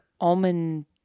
Almond